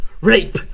Rape